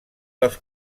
dels